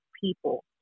people